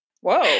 Whoa